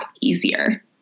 easier